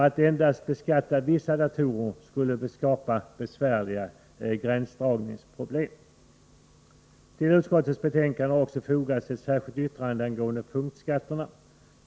Att beskatta endast vissa datorer skulle skapa besvärliga gränsdragningsproblem. Till utskottets betänkande har också fogats ett särskilt yttrande angående punktskatterna.